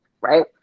right